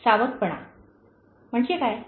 सावधपणा म्हणजे काय